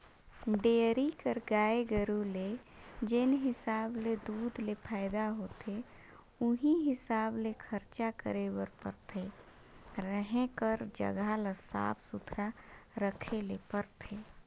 dairy कर गाय गरू ले जेन हिसाब ले दूद ले फायदा होथे उहीं हिसाब ले खरचा करे बर परथे, रहें कर जघा ल साफ सुथरा रखे ले परथे